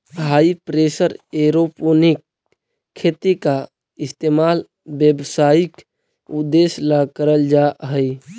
हाई pressure aeroponic खेती का इस्तेमाल व्यावसायिक उद्देश्य ला करल जा हई